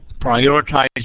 prioritize